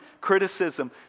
criticism